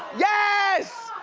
yes.